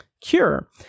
cure